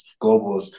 Globals